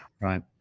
Right